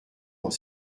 dans